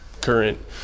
current